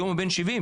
היום הוא בן 70,